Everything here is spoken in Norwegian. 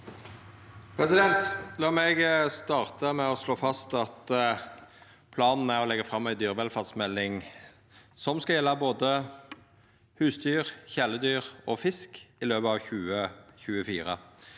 La meg starta med å slå fast at planen er å leggja fram ei dyrevelferdsmelding som skal gjelda både husdyr, kjæledyr og fisk, i løpet av 2024.